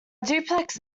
duplex